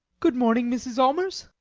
good morning, mrs. allmers.